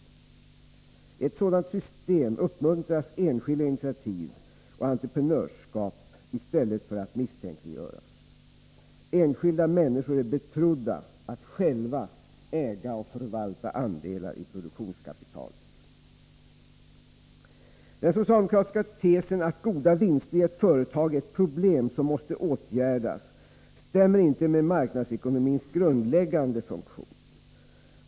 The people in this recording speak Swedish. I ett sådant system uppmuntras enskilda initiativ och entreprenörskap i stället för att misstänkliggöras. Enskilda människor är betrodda att själva äga och förvalta andelar i produktionskapitalet. Den socialdemokratiska tesen att goda vinster i ett företag är ett problem som måste åtgärdas stämmer inte med marknadsekonomins grundläggande funktion.